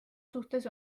suhtes